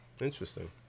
Interesting